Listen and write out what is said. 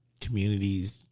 communities